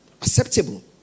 acceptable